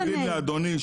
עבירה?